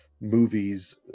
movies